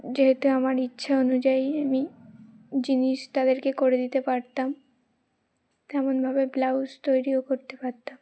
যেহেতু আমার ইচ্ছা অনুযায়ী আমি জিনিস তাদেরকে করে দিতে পারতাম তেমনভাবে ব্লাউজ তৈরিও করতে পারতাম